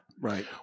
right